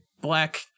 Black